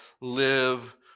live